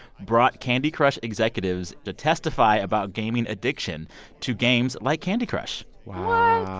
brought candy crush executives to testify about gaming addiction to games like candy crush wow